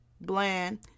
bland